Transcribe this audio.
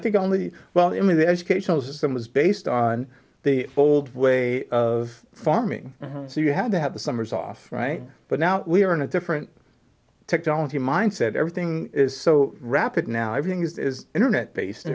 think only well in the educational system was based on the old way of farming so you had to have the summers off right but now we are in a different technology mindset everything is so rapid now everything is internet based